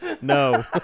No